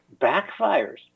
backfires